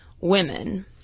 women